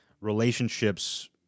relationships